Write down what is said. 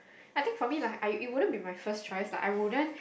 I think for me like I it wouldn't be my first choice like I wouldn't